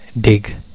Dig